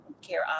care